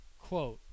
Quote